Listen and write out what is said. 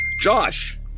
Josh